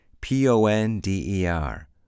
P-O-N-D-E-R